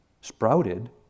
sprouted